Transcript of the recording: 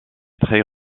très